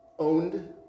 Owned